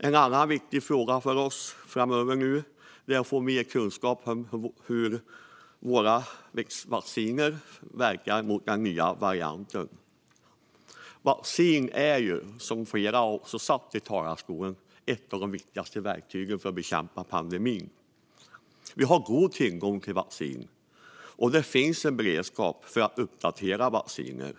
En annan viktig fråga för oss är att få mer kunskap om hur våra vacciner verkar mot den nya varianten. Att vaccinera är, som flera har sagt i talarstolen, ett av de viktigaste verktygen för att bekämpa pandemin. Vi har god tillgång till vaccin, och det finns en beredskap för att uppdatera olika vacciner.